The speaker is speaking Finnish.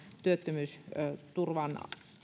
työttömyysturvan